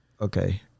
Okay